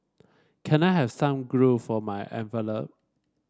can I have some glue for my envelope